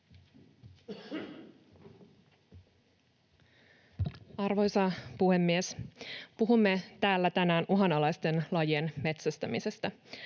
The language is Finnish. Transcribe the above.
Arvoisa puhemies! Puhumme täällä tänään uhanalaisten lajien metsästämisestä.